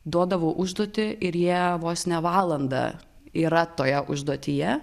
duodavau užduotį ir jie vos ne valandą yra toje užduotyje